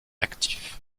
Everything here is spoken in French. actif